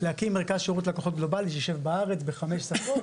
להקים מרכז שירות לקוחות גלובאלי שישב בארץ בחמש שפות,